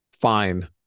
fine